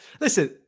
Listen